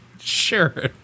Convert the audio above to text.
sure